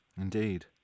Indeed